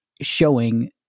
showing